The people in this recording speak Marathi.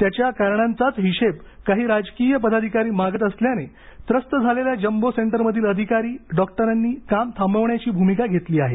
त्याच्या कारणांचाच हिशेब काही राजकीय पदाधिकारी मागत असल्याने त्रस्त झालेल्या जम्बो सेंटरमधील अधिकारी डॉक्टरांनी काम थांबवण्याची भूमिका घेतली आहे